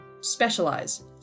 specialize